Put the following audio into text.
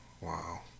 Wow